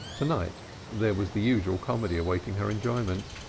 to-night there was the usual comedy awaiting her enjoyment.